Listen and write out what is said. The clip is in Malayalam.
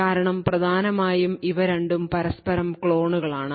കാരണം പ്രധാനമായും ഇവ രണ്ടും പരസ്പരം ക്ലോണുകളാണ്